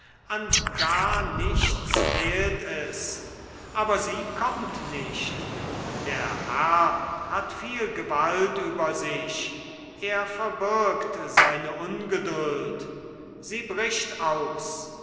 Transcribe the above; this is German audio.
an gar nichts fehlt es aber sie kommt nicht der herr hat viel gewalt über sich er verbirgt seine ungeduld sie bricht aus